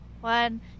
One